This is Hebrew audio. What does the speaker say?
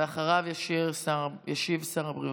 אחריו ישיב שר הבריאות,